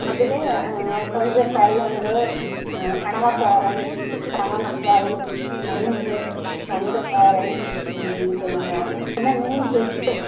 അതിൽ കൊഞ്ച് ഫ്രൈ ഉണ്ട് കണവത്തോരൻ കണവ ഫ്രൈ ഞണ്ട് ഞണ്ട് തോരൻ പിന്നെ പിന്നെ മീൻ ചുട്ട്